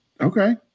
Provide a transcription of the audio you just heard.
Okay